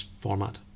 format